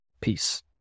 Peace